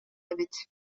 эбит